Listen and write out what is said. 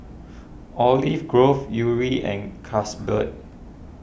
Olive Grove Yuri and Carlsberg